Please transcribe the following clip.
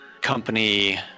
company